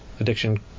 addiction